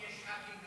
ההצעה להעביר את